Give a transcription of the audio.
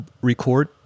record